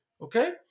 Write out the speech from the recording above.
Okay